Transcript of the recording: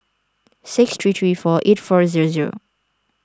six three three four eight four zero zero